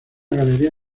galería